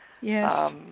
Yes